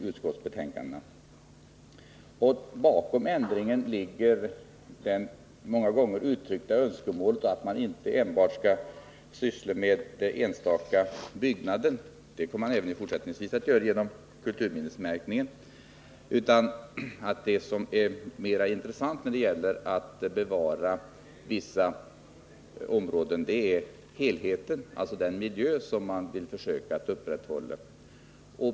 Bakom ändringen i det här fallet ligger det många gånger uttryckta önskemålet att man inte enbart skall syssla med den enstaka byggnaden — det kommer man även fortsättningsvis att göra genom kulturminnesmärkningen — utan det som är mera intressant är att bevara helheten, alltså den miljö som man vill försöka att upprätthålla.